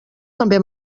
també